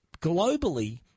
globally